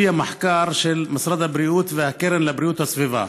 לפי המחקר של משרד הבריאות והקרן לבריאות הסביבה,